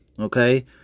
Okay